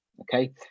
Okay